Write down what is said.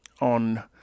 on